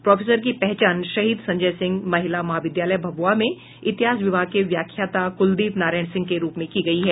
professor की पहचान शहीद संजय सिंह महिला महाविद्यालय भभुआ में इतिहास विभाग के व्याख्याता कुलदीप नारायण सिंह के रूप में की गई है